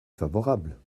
favorable